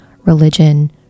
religion